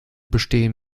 bestehen